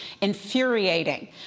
infuriating